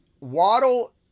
Waddle